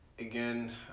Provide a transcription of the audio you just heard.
Again